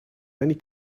many